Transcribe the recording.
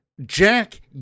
Jack